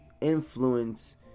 influence